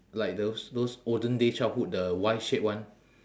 like those those olden day childhood the Y shape one